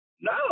no